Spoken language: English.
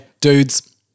Dudes